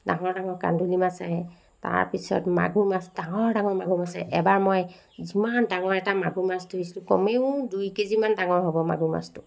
ডাঙৰ ডাঙৰ কান্দুলী মাছ আহে তাৰপিছত মাগুৰ মাছ ডাঙৰ ডাঙৰ মাগুৰ মাছ এবাৰ মই যিমান ডাঙৰ এটা মাগুৰ মাছ ধৰিছিলো কমেও দুই কেজিমান ডাঙৰ হ'ব মাগুৰ মাছটো